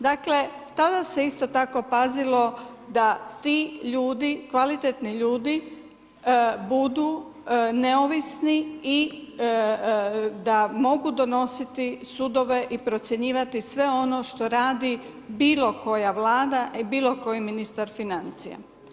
Dakle tada se isto tako pazilo da ti ljudi kvalitetni ljudi budu neovisni i da mogu donositi sudove i procjenjivati sve ono što radi bilo koja vlada i bilo koji ministar financija.